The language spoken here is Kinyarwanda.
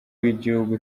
w’igihugu